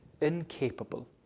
incapable